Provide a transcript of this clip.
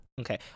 Okay